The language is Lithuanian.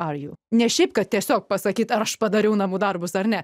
ar juk ne šiaip kad tiesiog pasakyti aš padariau namų darbus ar ne